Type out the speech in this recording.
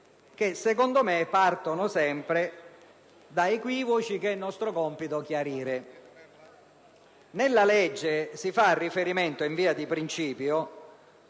mio avviso, partono sempre da equivoci che è nostro compito chiarire. Nella legge si fa riferimento, in via di principio,